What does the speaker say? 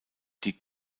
die